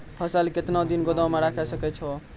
फसल केतना दिन गोदाम मे राखै सकै छौ?